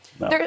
No